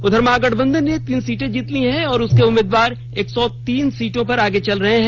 उधर महागठबंधन ने तीन सीटें जीती हैं और उसके उम्मीदवार एक सौ तीन सीटों पर आगे चल रहे हैं